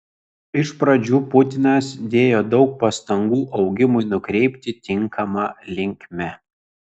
iš pradžių putinas dėjo daug pastangų augimui nukreipti tinkama linkme